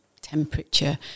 temperature